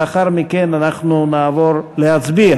לאחר מכן, אנחנו נעבור להצביע.